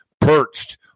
perched